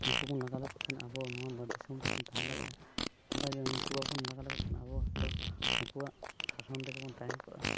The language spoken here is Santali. ᱱᱩᱠᱩ ᱵᱚᱱ ᱞᱟᱜᱟ ᱞᱮᱠᱚ ᱠᱷᱟᱱ ᱟᱵᱚ ᱱᱚᱣᱟ ᱵᱷᱟᱨᱚᱛ ᱫᱤᱥᱚᱢ ᱨᱮᱵᱚᱱ ᱛᱟᱦᱮᱸ ᱫᱟᱲᱮᱟᱜᱼᱟ ᱫᱷᱚᱨᱟ ᱡᱟᱠᱚ ᱱᱩᱠᱩ ᱵᱟᱵᱚᱱ ᱞᱟᱜᱟ ᱞᱮᱠᱚ ᱠᱷᱟᱱ ᱟᱵᱚ ᱫᱚ ᱱᱩᱠᱩᱣᱟᱜ ᱥᱟᱥᱚᱱ ᱨᱮᱜᱮ ᱵᱚᱱ ᱛᱟᱦᱮᱸ ᱠᱚᱜᱼᱟ